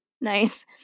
Nice